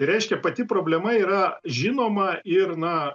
tai reiškia pati problema yra žinoma ir na